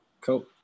Cool